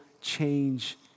change